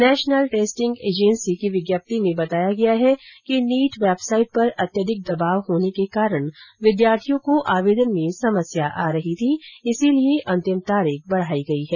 national testing agency की विज्ञप्ति में बताया गया कि नीट वेबसाईट पर अत्यधिक दबाव होने के कारण विद्यार्थियों को आवेदन में दिक्कत आ रही थी इसलिए अंतिम तारीख बढाई गई है